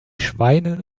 schweinen